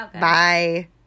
bye